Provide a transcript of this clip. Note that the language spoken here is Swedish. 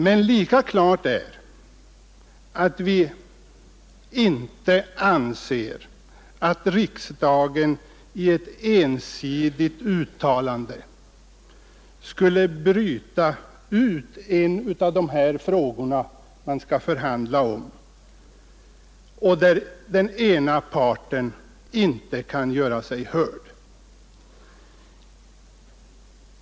Men lika klart är att vi inte anser, att riksdagen i ett ensidigt uttalande skulle bryta ut en av de här frågorna som det skall förhandlas om och där den ena parten inte kan göra sig hörd.